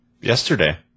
Yesterday